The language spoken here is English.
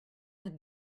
had